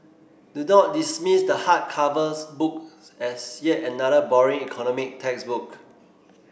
do not dismiss the hard covers book as yet another boring economic textbook